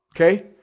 Okay